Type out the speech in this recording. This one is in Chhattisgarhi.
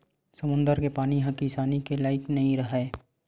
समुद्दर के पानी ह किसानी के लइक नइ राहय